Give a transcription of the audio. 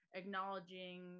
acknowledging